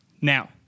Now